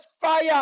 fire